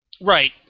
Right